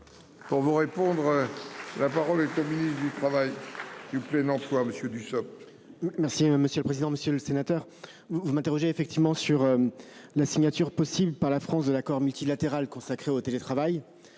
Pour vous répondre. La parole est au ministre du Travail. L'emploi monsieur Dussopt. Merci monsieur le président, monsieur le sénateur, vous vous m'interrogez effectivement sur. La signature possible par la France de l'accord multilatéral consacré au télétravail